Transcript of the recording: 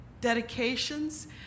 dedications